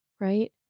right